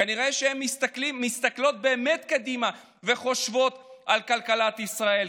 כנראה שהן מסתכלות באמת קדימה וחושבות על כלכלת ישראל,